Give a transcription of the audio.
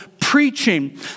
preaching